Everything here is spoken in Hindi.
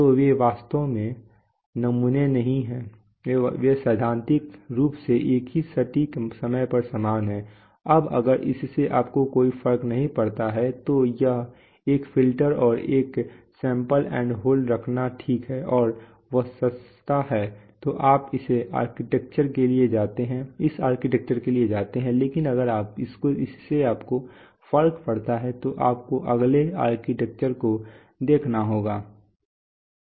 तो वे वास्तव में नमूने नहीं हैं वे सैद्धांतिक रूप से एक ही सटीक समय पर समान हैं अब अगर इससे आपको कोई फर्क नहीं पड़ता है तो एक फ़िल्टर और एक सैंपल एंड होल्ड रखना ठीक है और वह सस्ता है तो आप इस आर्किटेक्चर के लिए जाते हैं लेकिन अगर इससे आपको फर्क पड़ता है तो आपको अगले आर्किटेक्चर को देखना होगा